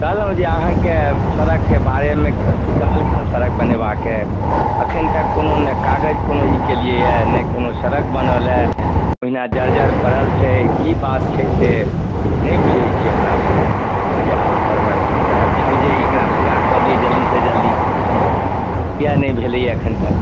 कहलहुँ जे अहाँके सड़कके बारेमे कहल गेल सड़क बनेबाके एखन तक कोनो ने कागज कोनो ई केलिए यऽ नहि कोनो सड़क बनलै यऽ ओहिना जर्जर पड़ल छै कि बात छै से नहि बुझै छिए हमरासभ ओ जे अहाँपरमे एहि तरहके छल जे एकरा पूरा कऽ दिए जल्दीसे जल्दी किएक नहि भेलै यऽ एखन तक